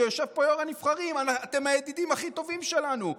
כשיושב פה יו"ר בית הנבחרים: אתם הידידים הכי טובים שלנו,